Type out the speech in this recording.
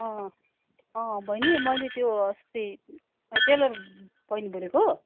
अँ अँ बैनी मैले त्यो अस्ति टेलर बैनी बोलेको